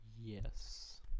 Yes